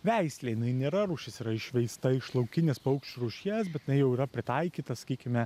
veislė jinai nėra rūšis yra išveista iš laukinės paukščių rūšies bet jau yra pritaikyta sakykime